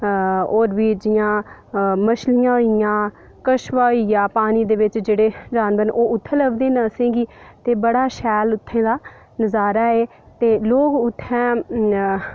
होर बी जियां मछलियां होई गेइयां कछुआ होई गेआ पानी दे बिच जेह्ड़े पानी दे जेह्ड़े जानवर न ओह् उत्थें लभदे असेंगी ते बड़ा शैल उत्थूं' दा नजारा ऐ ते लोक उत्थें